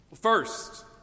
First